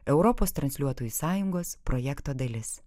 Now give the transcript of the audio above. europos transliuotojų sąjungos projekto dalis